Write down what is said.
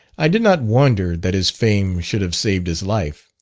i did not wonder that his fame should have saved his life,